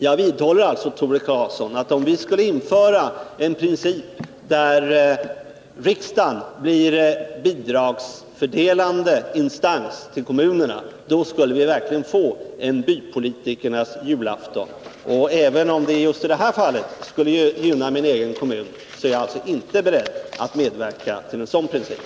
Jag vidhåller alltså, Tore Claeson, att om vi skulle införa principen att riksdagen blir en instans som fördelar bidrag till kommunerna, skulle vi verkligen få en bypolitikernas julafton. Även om det just i detta fall skulle gynna min egen kommun, är jag alltså inte beredd att medverka till införandet av en sådan princip.